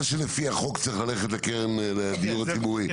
מה שלפי החוק צריך ללכת לקרן של הדיור הציבורי זה